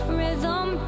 rhythm